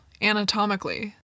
anatomically